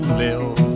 live